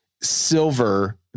silver